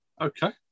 Okay